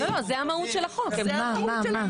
זה המהות של החוק, זה המהות.